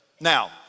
Now